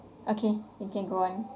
okay you can go on